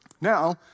Now